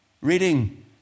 Reading